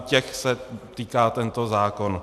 Těch se týká tento zákon.